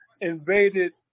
invaded